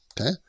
Okay